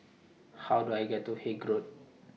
How Do I get to Haig Road